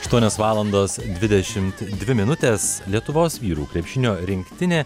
aštuonios valandos dvidešim dvi minutės lietuvos vyrų krepšinio rinktinė